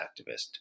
activist